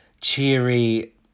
cheery